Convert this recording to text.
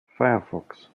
firefox